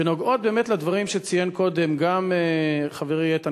שנוגעות באמת גם לדברים שציין קודם חברי איתן